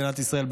אל מדינת ישראל,